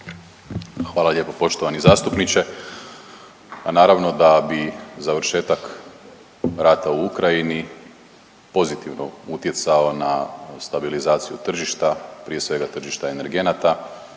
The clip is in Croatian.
Hvala lijepo poštovani zastupniče. Pa naravno da bi završetak rata u Ukrajini pozitivo utjecao na stabilizaciju tržišta, prije svega tržišta energenata,